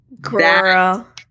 Girl